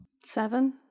Seven